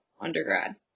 undergrad